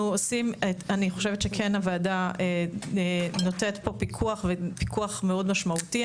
אני חושבת שכן הוועדה נותנת פה פיקוח מאוד משמעותי.